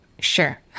Sure